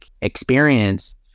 experience